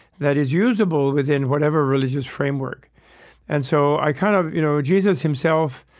that is usable within whatever religious framework and so i kind of you know jesus himself,